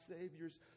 Savior's